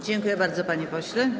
Dziękuję bardzo, panie pośle.